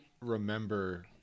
remember